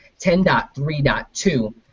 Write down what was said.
10.3.2